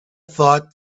thought